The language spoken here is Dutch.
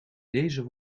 deze